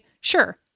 sure